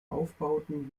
aufbauten